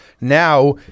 Now